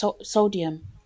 sodium